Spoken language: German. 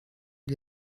die